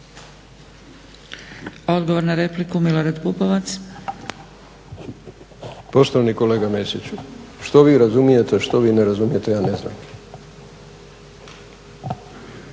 Pupovac. **Pupovac, Milorad (SDSS)** Poštovani kolega Mesiću, što vi razumijete, što vi ne razumijete, to ja ne znam.